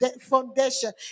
foundation